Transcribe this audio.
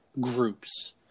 groups